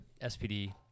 SPD